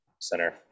center